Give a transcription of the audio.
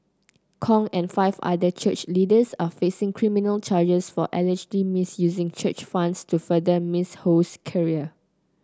Kong and five other church leaders are facing criminal charges for allegedly misusing church funds to further Miss Ho's career